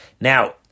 Now